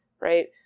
Right